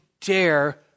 dare